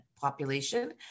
population